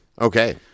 Okay